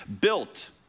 built